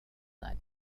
нами